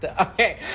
Okay